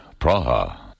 Praha